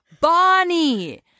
Bonnie